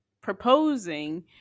proposing